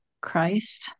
Christ